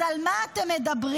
אז על מה אתם מדברים?